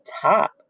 top